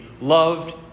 loved